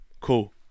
cool